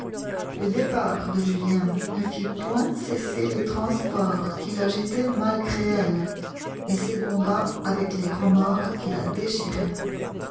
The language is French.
le départ de julien ne fit point cesser les transports qui l'agitaient malgré elle et ses combats avec les remords qui la déchiraient